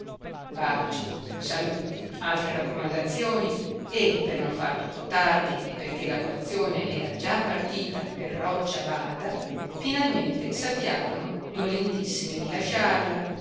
baci saluti altre raccomandazioni e per non far troppo tardi e perché la colazione era già partita per roccia balda finalmente s'avviarono dolentissime di lasciarla